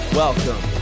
welcome